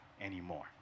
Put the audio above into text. anymore